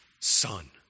son